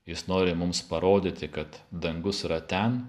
jis nori mums parodyti kad dangus yra ten